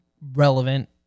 relevant